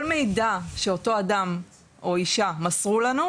כל מידע שאותו אדם או אישה מסרו לנו,